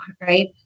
right